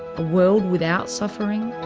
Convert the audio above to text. a world without suffering?